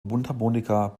mundharmonika